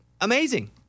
amazing